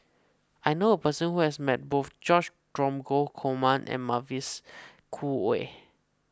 I know a person who has met both George Dromgold Coleman and Mavis Khoo Oei